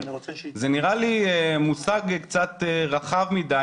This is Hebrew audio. זה נראה לי מושג קצת רחב מדי.